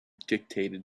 dictated